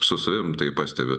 su savim tai pastebiu